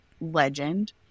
legend